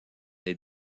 est